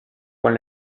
quan